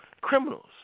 criminals